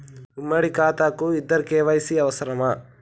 ఉమ్మడి ఖాతా కు ఇద్దరు కే.వై.సీ అవసరమా?